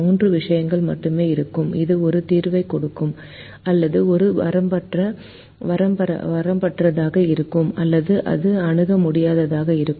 மூன்று விஷயங்கள் மட்டுமே இருக்கும் அது ஒரு தீர்வைக் கொடுக்கும் அல்லது அது வரம்பற்றதாக இருக்கும் அல்லது அது அணுக முடியாததாக இருக்கும்